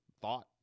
thought